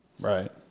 Right